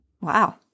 Wow